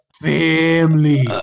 family